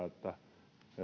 että